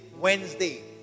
Wednesday